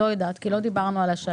אני לא יודעת, כי לא דיברנו על השלם.